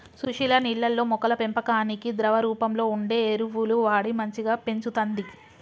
సుశీల నీళ్లల్లో మొక్కల పెంపకానికి ద్రవ రూపంలో వుండే ఎరువులు వాడి మంచిగ పెంచుతంది